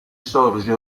sorge